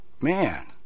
Man